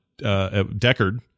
Deckard